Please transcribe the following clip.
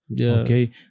Okay